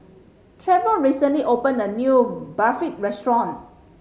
Treyvon recently opened a new Barfi restaurant